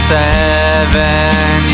seven